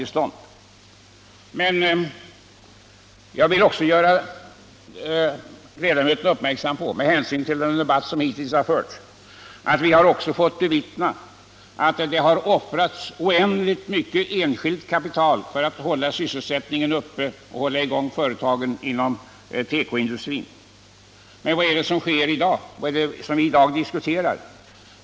Men jag vill också, med hänsyn till den debatt som hittills har förts, göra ledamöterna uppmärksamma på att vi även har fått bevittna att det har offrats oerhört mycket enskilt kapital för att hålla sysselsättningen uppe och hålla företagen i gång inom tekoindustrin. Men vad är det som sker i dag? Vad är det som vi i dag diskuterar?